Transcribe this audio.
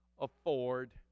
afford